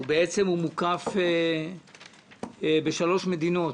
ובעצם הוא מוקף בשלוש מדינות,